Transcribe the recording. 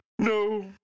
No